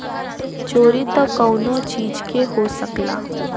चोरी त कउनो चीज के हो सकला